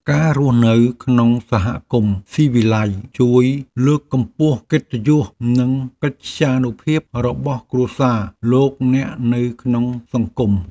ការរស់នៅក្នុងសហគមន៍ស៊ីវិល័យជួយលើកកម្ពស់កិត្តិយសនិងកិត្យានុភាពរបស់គ្រួសារលោកអ្នកនៅក្នុងសង្គម។